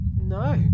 No